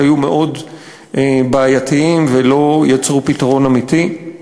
שהיו מאוד בעייתיים ולא יצרו פתרון אמיתי.